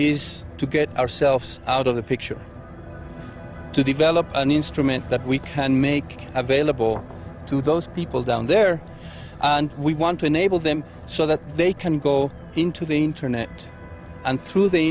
is to get ourselves out of the picture to develop an instrument that we can make available to those people down there and we want to enable them so that they can go into the internet and through the